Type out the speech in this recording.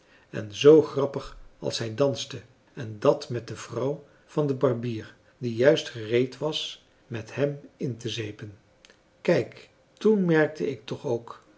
en zoo grappig als hij danste en dat met de vrouw van den barbier die juist gereed was met hem in te zeepen kijk toen merkte ik toch k